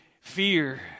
fear